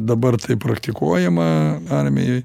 dabar tai praktikuojama armijoj